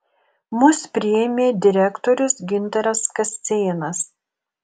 mus priėmė direktorius gintaras kascėnas